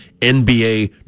NBA